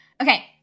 Okay